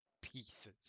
pieces